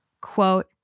quote